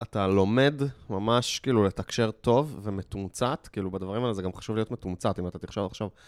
אתה לומד ממש, כאילו, לתקשר טוב ומתומצת, כאילו, בדברים האלה זה גם חשוב להיות מתומצת, אם אתה תחשוב עכשיו.